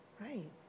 right